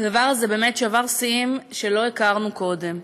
הדבר הזה באמת שבר שיאים שלא הכרנו קודם.